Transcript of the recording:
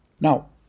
Now